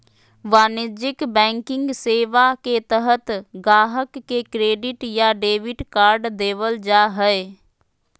वाणिज्यिक बैंकिंग सेवा के तहत गाहक़ के क्रेडिट या डेबिट कार्ड देबल जा हय